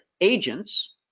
agents